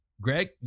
Greg